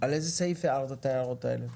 על איזה סעיף הערת את ההערות האלה?